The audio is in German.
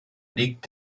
liegt